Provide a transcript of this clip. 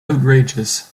outrageous